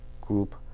group